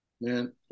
Man